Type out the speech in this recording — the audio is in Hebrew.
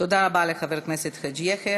תודה רבה לחבר הכנסת חאג' יחיא.